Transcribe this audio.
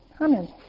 Amen